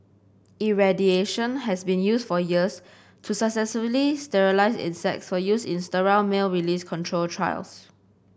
irradiation has been used for years to successfully sterilise insects for use in sterile male release control trials